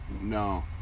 No